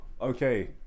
okay